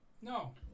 No